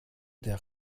der